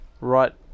right